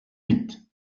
huit